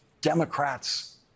Democrats